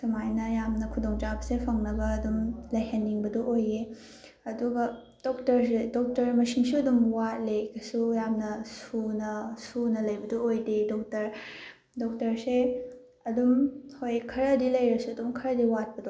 ꯁꯨꯃꯥꯏꯅ ꯌꯥꯝꯅ ꯈꯨꯗꯣꯡ ꯆꯥꯕꯁꯦ ꯐꯪꯅꯕ ꯑꯗꯨꯝ ꯂꯩꯍꯟꯅꯤꯡꯕ ꯑꯣꯏꯌꯦ ꯑꯗꯨꯒ ꯗꯣꯛꯇꯔꯁꯦ ꯗꯣꯛꯇꯔ ꯃꯁꯤꯡꯁꯨ ꯑꯗꯨꯝ ꯋꯥꯠꯂꯤ ꯀꯩꯁꯨ ꯌꯥꯝꯅ ꯁꯨꯅ ꯁꯨꯅ ꯂꯩꯕꯗꯣ ꯑꯣꯏꯗꯦ ꯗꯣꯛꯇꯔ ꯗꯣꯛꯇꯔꯁꯦ ꯑꯗꯨꯝ ꯍꯣꯏ ꯈꯔꯗꯤ ꯂꯩꯔꯁꯨ ꯑꯗꯨꯝ ꯈꯔꯗꯤ ꯋꯥꯠꯄꯗꯣ